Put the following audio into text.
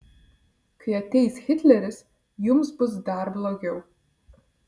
kai ateis hitleris jums bus dar blogiau